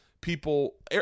people